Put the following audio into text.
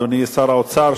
אדוני שר האוצר,